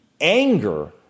anger